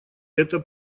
это